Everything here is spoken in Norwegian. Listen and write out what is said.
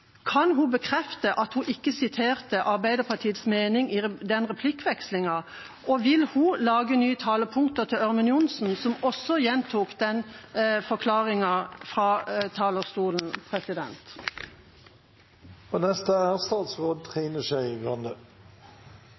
Kan hun bekrefte at hun ikke siterte Arbeiderpartiets mening i den replikkvekslingen, og vil hun lage nye talepunkter til Ørmen Johnsen, som også gjentok den forklaringen fra talerstolen?